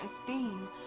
esteem